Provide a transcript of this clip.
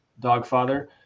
Dogfather